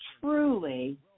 truly